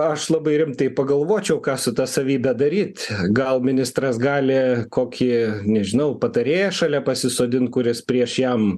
aš labai rimtai pagalvočiau ką su ta savybe daryt gal ministras gali kokį nežinau patarėją šalia pasisodint kuris prieš jam